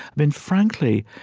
i mean, frankly,